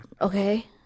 Okay